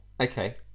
Okay